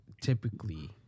typically